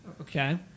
Okay